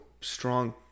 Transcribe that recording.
strong